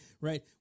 right